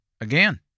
Again